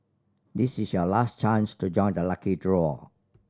this is your last chance to join the lucky draw